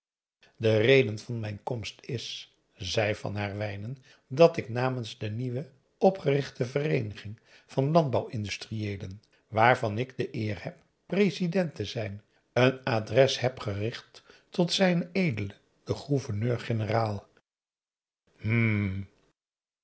de reden van mijn komst is zei van herwijnen dat ik namens de nieuw opgerichte vereeniging van landbouw industrieelen waarvan ik de eer heb president te zijn een adres heb gericht tot z e den